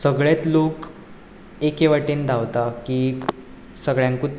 सगळे लोक एकेवटेन धांवता की सगळ्यांकूच